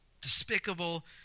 Despicable